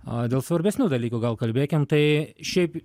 o dėl svarbesnių dalykų gal kalbėkim tai šiaip